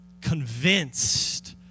convinced